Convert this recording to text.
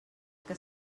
que